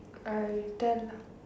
I tell lah